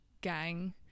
gang